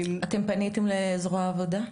אתם פניתם לזרוע העבודה?